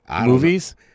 Movies